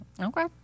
Okay